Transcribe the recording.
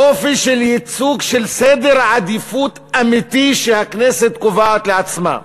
אופי של ייצוג של סדר עדיפויות אמיתי שהכנסת קובעת לעצמה.